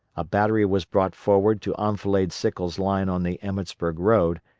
a battery was brought forward to enfilade sickles' line on the emmetsburg road,